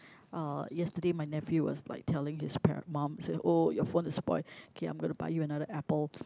uh yesterday my nephew was like telling his par~ mum say oh your phone is spoil K I'm gonna buy you another Apple